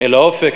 אל האופק,